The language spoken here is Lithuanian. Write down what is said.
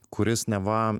kuris neva